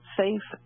safe